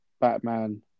Batman